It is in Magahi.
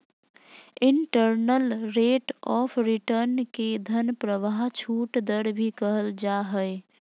इन्टरनल रेट ऑफ़ रिटर्न के धन प्रवाह छूट दर भी कहल जा हय